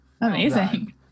Amazing